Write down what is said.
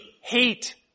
hate